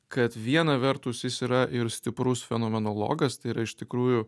kad viena vertus jis yra ir stiprus fenomenologas tai yra iš tikrųjų